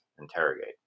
interrogate